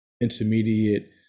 intermediate